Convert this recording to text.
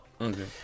Okay